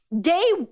day